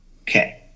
Okay